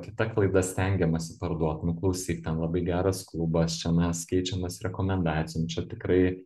kita klaida stengiamasi parduot nu klausyk ten labai geras klubas čia mes keičiamės rekomendacijom čia tikrai